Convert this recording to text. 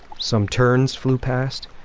some terns flew past,